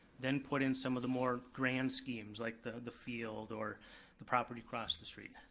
then put in some of the more grand schemes like the the field or the property across the street?